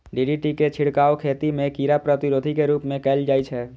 DDT के छिड़काव खेती मे कीड़ा प्रतिरोधी के रूप मे कैल जाइ छै